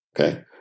okay